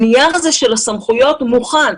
הנייר הזה של הסמכויות מוכן.